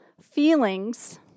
feelings